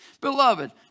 Beloved